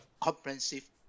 comprehensive